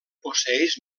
posseeix